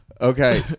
Okay